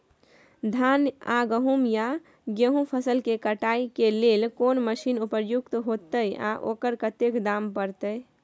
धान आ गहूम या गेहूं फसल के कटाई के लेल कोन मसीन उपयुक्त होतै आ ओकर कतेक दाम परतै?